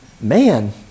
man